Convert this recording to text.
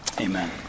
Amen